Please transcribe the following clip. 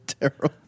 terrible